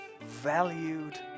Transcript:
valued